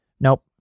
Nope